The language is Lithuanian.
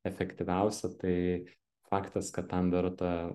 efektyviausia tai faktas kad tam verta